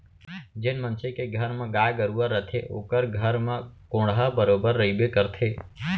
जेन मनसे के घर म गाय गरूवा रथे ओकर घर म कोंढ़ा बरोबर रइबे करथे